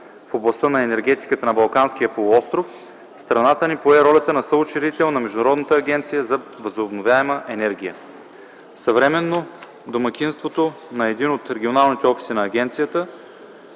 България в областта на енергетиката на Балканския полуостров, страната ни пое ролята на съучредител на Международната агенция за възобновяема енергия. Същевременно домакинството на един от регионалните офиси на агенцията